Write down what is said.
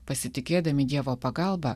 pasitikėdami dievo pagalba